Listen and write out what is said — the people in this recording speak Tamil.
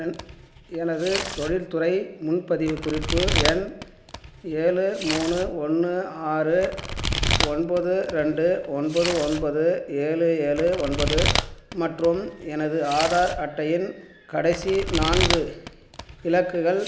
என் எனது தொழில்துறை முன்பதிவு குறிப்பு எண் ஏழு மூணு ஒன்று ஆறு ஒன்பது ரெண்டு ஒன்பது ஒன்பது ஏழு ஏழு ஒன்பது மற்றும் எனது ஆதார் அட்டையின் கடைசி நான்கு இலக்குகள்